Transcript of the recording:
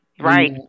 Right